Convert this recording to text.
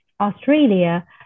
Australia